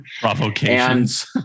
Provocations